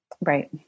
Right